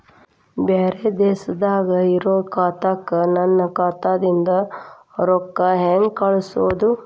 ಬ್ಯಾರೆ ದೇಶದಾಗ ಇರೋ ಖಾತಾಕ್ಕ ನನ್ನ ಖಾತಾದಿಂದ ರೊಕ್ಕ ಹೆಂಗ್ ಕಳಸೋದು?